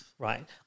Right